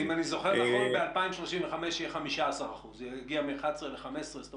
הסכנה שעדיין קיימת